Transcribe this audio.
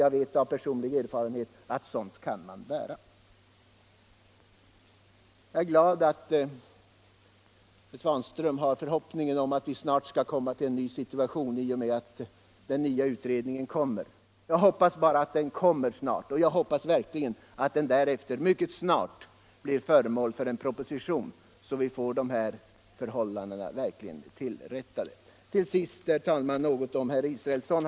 Jag vet av personlig erfarenhet att sådant kan man bära. Jag är glad att herr Svanström har förhoppningen att vi i och med att den nya utredningen framläggs skall få en ny situation. Jag hoppas bara att den kommer snart, och jag hoppas att den mycket snart därefter läggs till grund för en proposition, så att nuvarande förhållanden verkligen rättas till. Till sist, herr talman, några ord till herr Israelsson.